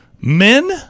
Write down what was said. Men